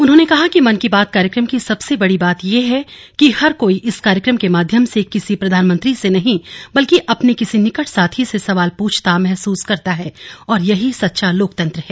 उन्होंने कहा कि मन की बात कार्यक्रम की सबसे बड़ी बात यह है कि हर कोई इस कार्यक्रम के माध्यम से किसी प्रधानमंत्री से नहीं बल्कि अपने किसी निकट साथी से सवाल पूछता महसूस करता है और यही सच्चा लोकतंत्र है